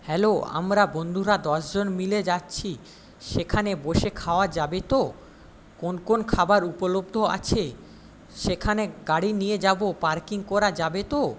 hello আমরা বন্ধুরা দশজন মিলে যাচ্ছি সেখানে বসে খাওয়া যাবে তো কোন কোন খাবার উপলব্ধ আছে সেখানে গাড়ি নিয়ে যাব পার্কিং করা যাবে তো